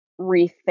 rethink